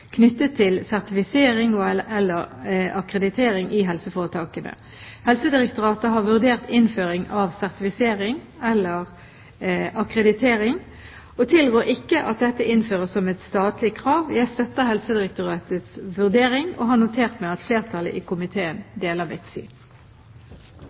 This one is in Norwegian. knyttet til sertifisering og/eller akkreditering i helseforetakene. Helsedirektoratet har vurdert innføring av sertifisering eller akkreditering, og tilrår ikke at dette innføres som et statlig krav. Jeg støtter Helsedirektoratets vurdering og har notert meg at flertallet i komiteen